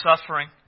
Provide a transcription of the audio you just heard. suffering